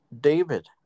David